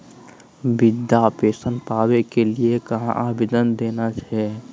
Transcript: वृद्धा पेंसन पावे के लिए कहा आवेदन देना है?